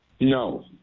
No